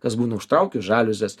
kas būna užtraukiu žaliuzes